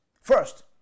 First